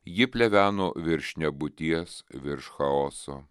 ji pleveno virš nebūties virš chaoso